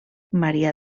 maria